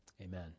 amen